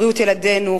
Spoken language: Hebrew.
בריאות ילדינו,